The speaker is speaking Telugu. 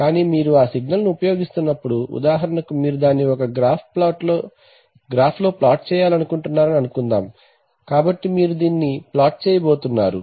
కానీ మీరు ఆ సిగ్నల్ను ఉపయోగిస్తున్నప్పుడు ఉదాహరణకు మీరు దాన్ని ఒక గ్రాఫ్లో ప్లాట్ చేయాలనుకుంటున్నారని అనుకుందాం కాబట్టి మీరు దీన్ని ప్లాట్ చేయబోతున్నారు